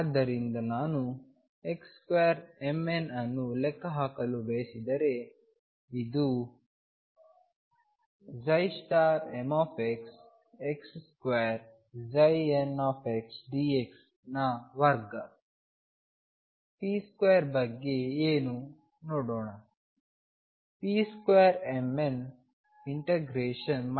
ಆದ್ದರಿಂದ ನಾವು xmn2 ಅನ್ನು ಲೆಕ್ಕಹಾಕಲು ಬಯಸಿದರೆ ಇದು mxx2ndx ನ ವರ್ಗ